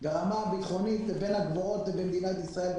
ברמה הביטחונית בין הגבוהות במדינת ישראל,